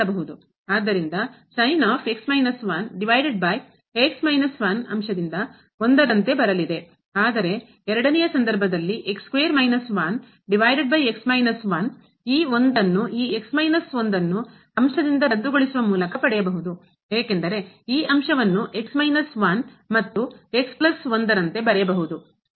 ಆದ್ದರಿಂದ ರಂತೆ ಬರಲಿದೆ ಆದರೆ ಎರಡನೆಯ ಸಂದರ್ಭದಲ್ಲಿ ಈ ಅನ್ನು ಈ ಅನ್ನು ಅಂಶದಿಂದ ರದ್ದುಗೊಳಿಸುವ ಮೂಲಕ ಪಡೆಯಬಹುದು ಏಕೆಂದರೆ ಈ ಅಂಶವನ್ನು ಮತ್ತು ನಂತೆ ಬರೆಯಬಹುದು